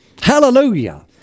Hallelujah